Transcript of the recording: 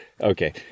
Okay